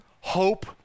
hope